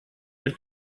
per